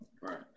Right